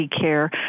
care